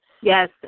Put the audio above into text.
Yes